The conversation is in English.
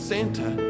Santa